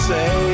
Say